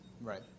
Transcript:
right